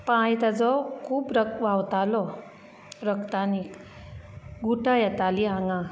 पांय ताजो खूब रक व्हांवतालो रक्तानी गुटां येताली आंगांक